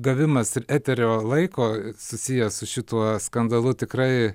gavimas ir eterio laiko susijęs su šituo skandalu tikrai